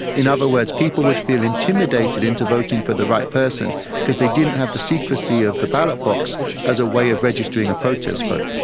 in other words, people would feel intimidated into voting for the right person because they didn't have the secrecy of the ballot box as a way of registering a protest vote.